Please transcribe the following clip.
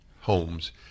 homes